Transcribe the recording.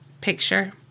picture